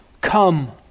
Come